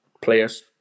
players